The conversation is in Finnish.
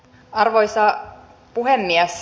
arvoisa puhemies